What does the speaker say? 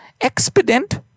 expedient